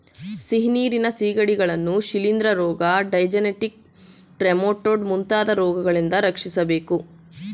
ಸಿಹಿನೀರಿನ ಸಿಗಡಿಗಳನ್ನು ಶಿಲಿಂದ್ರ ರೋಗ, ಡೈಜೆನೆಟಿಕ್ ಟ್ರೆಮಾಟೊಡ್ ಮುಂತಾದ ರೋಗಗಳಿಂದ ರಕ್ಷಿಸಬೇಕು